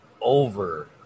over